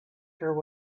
speaker